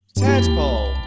tadpole